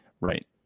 Right